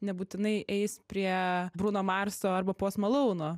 nebūtinai eis prie bruno marso arba post malouno